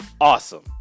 awesome